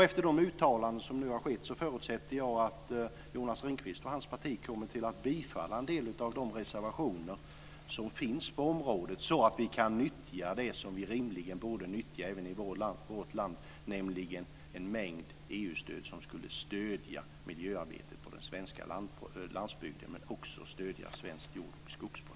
Efter de uttalanden som nu har skett förutsätter jag att Jonas Ringqvist och hans parti kommer att tillstyrka en del av de reservationer som finns på området, så att vi kan nyttja det som vi rimligen borde nyttja även i vårt land, nämligen en mängd EU-stöd som skulle stödja miljöarbetet på den svenska landsbygden men också stödja svenskt jord och skogsbruk.